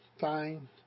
fine